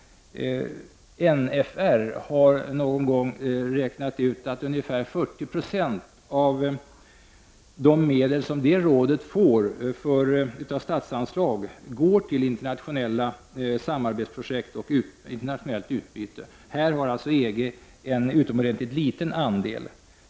NFR har någon gång räknat ut att ungefär 40 96 av de medel som det rådet får i statsanslag går till internationella samarbetsprojekt och internationellt utbyte. Här har alltså EG en utomordentligt liten andel.